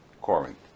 Corinth